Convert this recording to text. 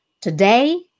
Today